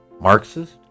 Marxist